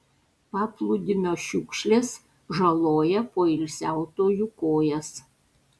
paplūdimio šiukšlės žaloja poilsiautojų kojas